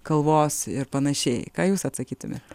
kalvos ir panašiai ką jūs atsakytumėt